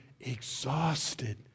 exhausted